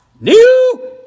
new